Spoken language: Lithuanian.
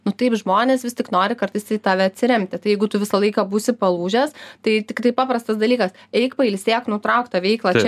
nu taip žmonės vis tik nori kartais į tave atsiremti tai jeigu tu visą laiką būsi palūžęs tai tiktai paprastas dalykas eik pailsėk nutrauk tą veiklą čia